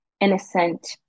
innocent